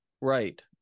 Right